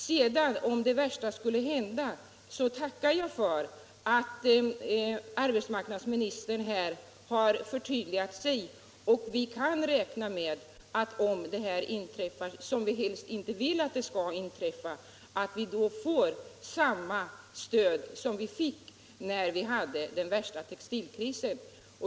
Jag tackar för att arbetsmarknadsministern här har förtydligat sig, så att vi — om det värsta skulle inträffa, vilket vi helst inte vill — kan räkna med att få statligt stöd som vi fick under den svåraste textilkrisen.